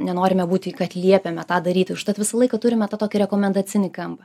nenorime būti kad liepiame tą daryti užtat visą laiką turime tą tokį rekomendacinį kampą